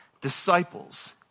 disciples